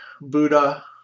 Buddha